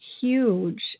huge